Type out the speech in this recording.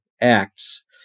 acts